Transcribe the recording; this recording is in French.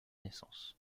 naissances